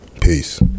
Peace